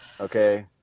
Okay